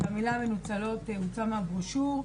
המילה "מנוצלות" הוצאה מהברושור.